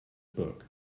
book